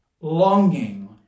longing